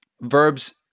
Verbs